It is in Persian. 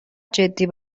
جدی